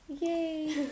Yay